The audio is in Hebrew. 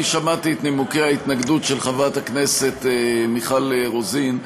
שמעתי את נימוקי ההתנגדות של חברת הכנסת מיכל רוזין.